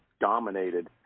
dominated